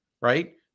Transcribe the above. right